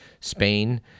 Spain